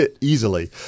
Easily